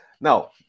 Now